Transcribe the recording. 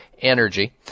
energy